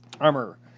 Armor